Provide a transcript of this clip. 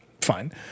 Fine